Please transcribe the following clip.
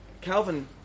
Calvin